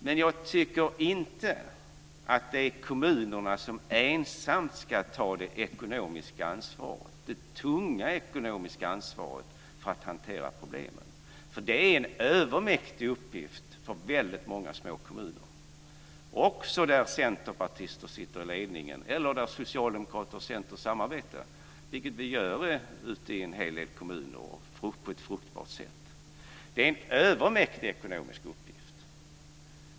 Men jag tycker inte att det är kommunerna som ensamma ska det tunga ekonomiska ansvaret för att hantera problemen, eftersom det är en övermäktig uppgift för väldigt många små kommuner, också där centerpartister sitter i ledningen eller där socialdemokrater och centerpartister samarbetar, vilket sker i en hel del kommuner på ett fruktbart sätt. Det är en övermäktig ekonomisk uppgift.